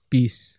Peace